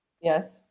yes